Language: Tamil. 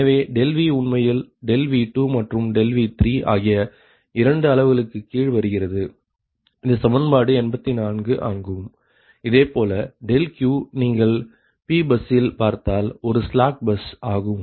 எனவே Vஉண்மையில் V2 மற்றும் V3 ஆகிய 2 அளவுகளுக்கு கீழ் வருகிறது இது சமன்பாடு 84 ஆகும் இதேபோல Q நீங்கள் Pபஸ்ஸில் பார்த்தால் இது ஒரு ஸ்லாக் பஸ் ஆகும்